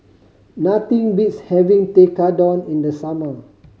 nothing beats having Tekkadon in the summer